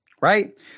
Right